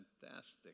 fantastic